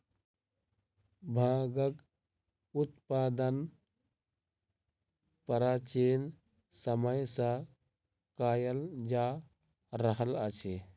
भांगक उत्पादन प्राचीन समय सॅ कयल जा रहल अछि